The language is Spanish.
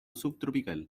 subtropical